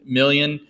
million